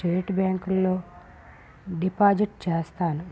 state బ్యాంకులలో deposit చేస్తాను